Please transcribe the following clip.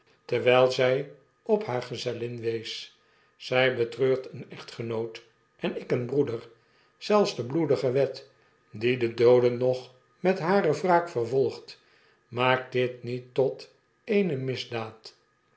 terwjjl zjj op haar gezellin wees zijbetreurt een echtgenoot en ik een broeder zelfs de bloedige wet die de dooden nog met hare wraak vervolgt maakt dit niet tot eene misdaad